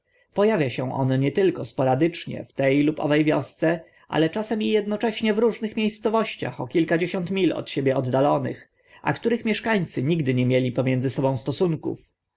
awia się on nie tylko sporadycznie w te lub owe wiosce ale czasem i ednocześnie w różnych mie scowościach o kilkadziesiąt mil od siebie oddalonych a których mieszkańcy nie mieli między sobą stosunków